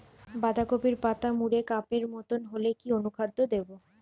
বাঁধাকপির পাতা মুড়ে কাপের মতো হলে কি অনুখাদ্য দেবো?